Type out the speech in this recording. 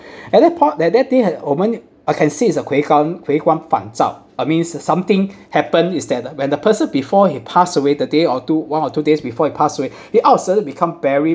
at that point at that day had a omen I can say it's a 回光回光返照 uh means something happen is that when the person before he passed away the day or two one or two days before he pass away he all of a sudden become very